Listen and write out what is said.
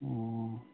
ꯑꯣ